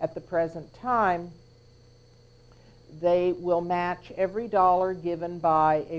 at the present time they will match every dollar given by a